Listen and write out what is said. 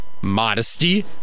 modesty